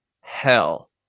hell